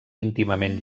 íntimament